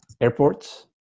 airports